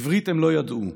עברית הם לא ידעו.